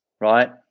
right